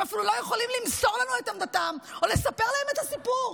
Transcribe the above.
הם אפילו לא יכולים למסור לנו את עמדתם או לספר את הסיפור.